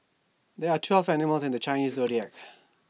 there are twelve animals in the Chinese Zodiac